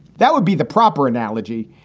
that would be the proper analogy,